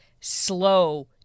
slow